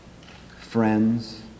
friends